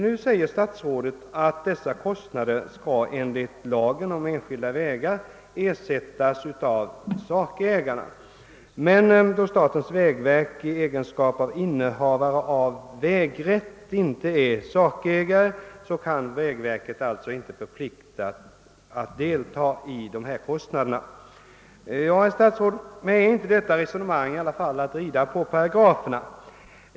Nu säger statsrådet att dessa kostnader enligt lagen om enskilda vägar skall betalas av sakägarna, men då statens vägverk i egenskap av innehavare av vägrätt inte är sakägare, kan vägverket inte förpliktas deltaga i bestridande av dessa kostnader. | Är inte detta resonemang, herr statsråd, att vrida på paragraferna?